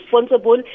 responsible